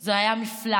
זה היה מפלט.